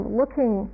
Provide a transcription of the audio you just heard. looking